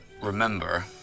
remember